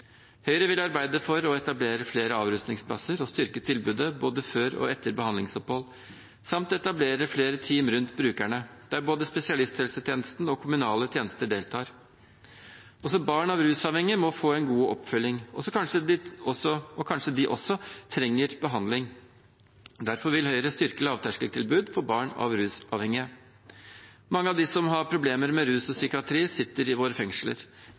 Høyre vil arbeide for å etablere flere avrusningsplasser og styrke tilbudet både før og etter behandlingsopphold, samt etablere flere team rundt brukerne der både spesialisthelsetjenesten og kommunale tjenester deltar. Også barn av rusavhengige må få en god oppfølging, og kanskje trenger også de behandling. Derfor vil Høyre styrke lavterskeltilbud for barn av rusavhengige. Mange av dem som har problemer knyttet til rus og psykiatri, sitter i